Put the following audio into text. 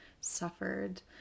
suffered